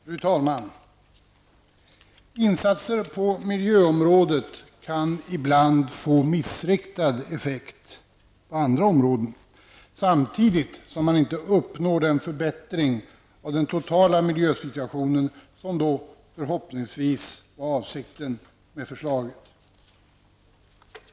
Fru talman! Insatser på miljöområdet kan ibland få missriktad effekt på andra områden, samtidigt som man inte uppnår den förbättring av den totala miljösituationen som förhoppningsvis var avsikten med förslaget.